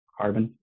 carbon